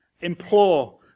implore